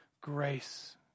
grace